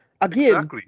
Again